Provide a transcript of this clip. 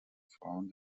frauen